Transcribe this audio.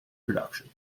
production